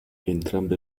entrambe